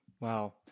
Wow